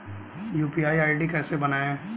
UPI ID कैसे बनाएं?